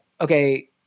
okay